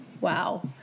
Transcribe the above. Wow